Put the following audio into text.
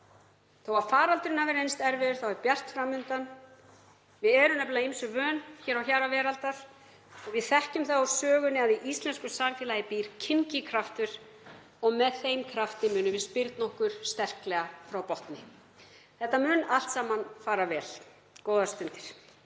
Þó að faraldurinn hafi reynst erfiður þá er bjart fram undan. Við erum ýmsu vön hér á hjara veraldar. Við þekkjum það úr sögunni að í íslensku samfélagi býr kynngikraftur og með þeim krafti munum við spyrna okkur sterklega frá botni. Þetta mun allt saman fara vel. — Góðar stundir.